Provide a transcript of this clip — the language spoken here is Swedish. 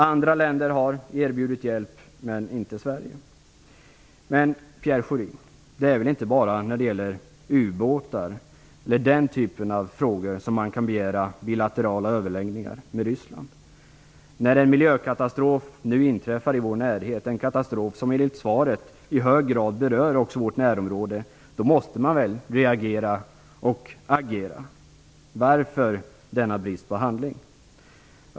Andra länder har erbjudit hjälp, men inte Sverige. Det är väl inte bara när det gäller ubåtar, eller den typen av frågor, som man kan begära bilaterala överläggningar med Ryssland, Pierre Schori? När en miljökatastrof nu inträffar i vår närhet - en katastrof som enligt svaret i hög grad berör också vårt närområde - måste man väl reagera och agera? Varför denna brist på handling?